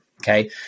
Okay